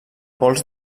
pols